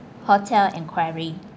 hotel enquiry